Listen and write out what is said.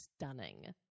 stunning